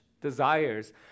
desires